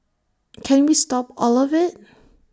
can we stop all of IT